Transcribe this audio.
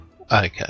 Okay